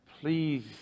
Please